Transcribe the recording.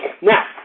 Now